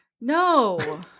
no